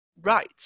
right